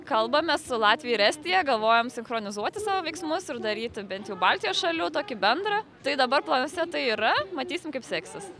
kalbamės su latvija ir estija galvojam sinchronizuoti savo veiksmus ir daryti bent jau baltijos šalių tokį bendrą tai dabar planuose tai yra matysim kaip seksis